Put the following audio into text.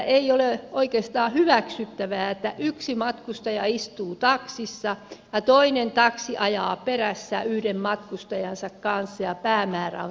ei ole oikeastaan hyväksyttävää että yksi matkustaja istuu taksissa ja toinen taksi ajaa perässä yhden matkustajansa kanssa ja päämäärä on sama paikka